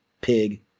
pig